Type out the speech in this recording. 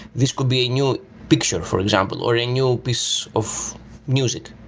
this could be a new picture, for example, or a new piece of music.